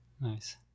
Nice